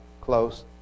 close